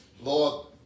Lord